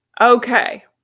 Okay